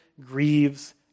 grieves